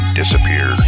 disappear